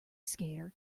skater